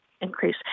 increase